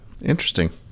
Interesting